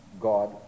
god